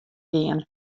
gean